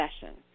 session